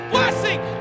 blessing